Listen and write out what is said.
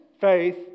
faith